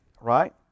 right